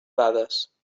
dades